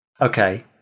okay